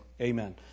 amen